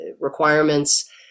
requirements